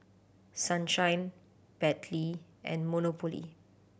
Sunshine Bentley and Monopoly